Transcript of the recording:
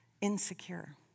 insecure